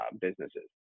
businesses